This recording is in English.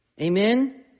Amen